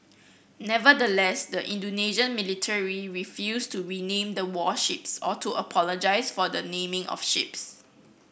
nevertheless the Indonesian military refused to rename the warships or to apologise for the naming of ships